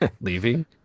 Leaving